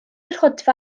rhodfa